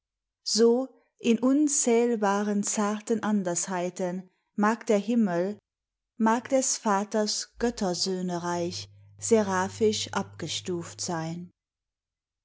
so in unzählbaren zarten andersheiten mag der himmel mag des vaters göttersöhnereich seraphisch abgestuft sein